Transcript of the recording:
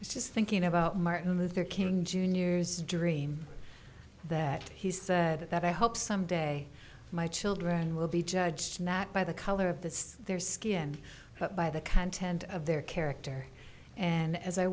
dream just thinking about martin luther king jr's dream that he said that i hope someday my children will be judged not by the color of the their skin but by the content of their character and as i